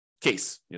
case